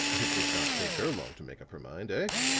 it did not take her long to make up her mind, ah?